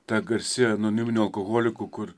ta garsi anoniminių alkoholikų kur